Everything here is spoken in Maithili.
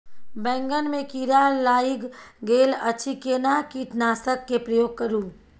बैंगन में कीरा लाईग गेल अछि केना कीटनासक के प्रयोग करू?